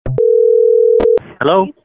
Hello